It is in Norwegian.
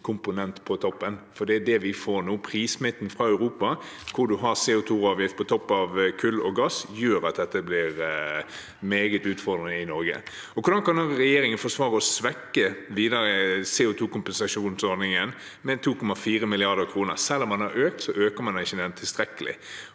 Det er det vi får nå: Prissmitten fra Europa, hvor man har CO2-avgift på toppen av kull og gass, gjør at dette blir meget utfordrende i Norge. Hvordan kan da regjeringen forsvare å videre svekke CO2-kompensasjonsordningen med 2,4 mrd. kr? Selv om man har økt, øker man den ikke tilstrekkelig,